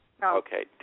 Okay